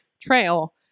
trail